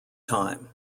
time